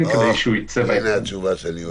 מתי יוצא השימוע לציבור?